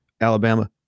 Alabama